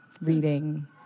reading